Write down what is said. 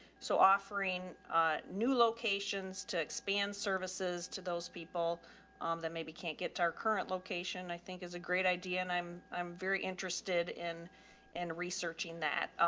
so offering a new locations to expand services to those people um that maybe can't get to our current location, i think is a great idea. and i'm, i'm very interested in and researching that.